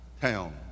town